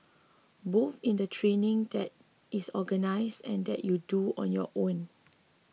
both in the training that is organised and that you do on your own